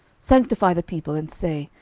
sanctify the people, and say,